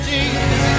Jesus